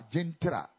Gentra